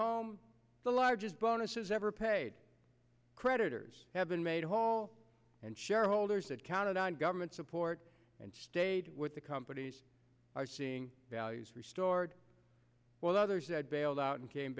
home the largest bonuses ever paid creditors have been made hall and shareholders that counted on government support and stayed with the companies are seeing values restored well others had bailed out and came